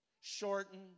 shorten